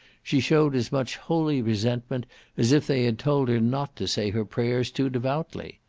she showed as much holy resentment as if they had told her not to say her prayers too devoutly.